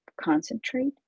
Concentrate